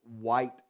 white